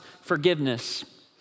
forgiveness